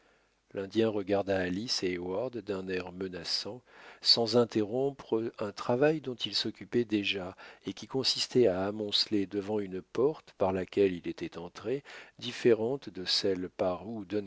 l'indien regarda alice et heyward d'un air menaçant sans interrompre un travail dont il s'occupait déjà et qui consistait à amonceler devant une porte par laquelle il était entré différente de celle par où